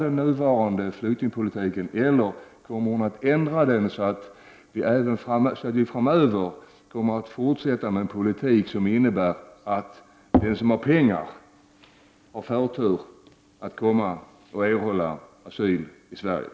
De vet att flyktingarna inte stannar i deras kommuner mer än några veckor eller månader. Då kan jag förstå att det blir problem i storstäderna.